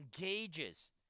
engages